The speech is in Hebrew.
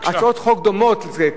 הצעות חוק דומות לזו,